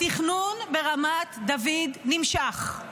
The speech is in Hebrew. התכנון ברמת דוד נמשך.